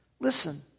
Listen